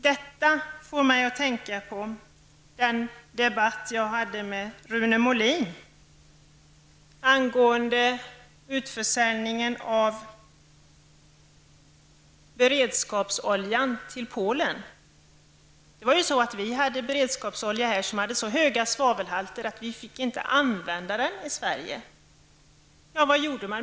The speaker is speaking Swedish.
Detta får mig att tänka på den debatt som jag hade med Rune Molin angående utförsäljningen av beredskapsolja till Polen. Vi i Sverige hade beredskapsolja som hade så höga svavelhalter att den inte fick användas i Sverige. Vad hände då?